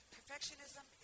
Perfectionism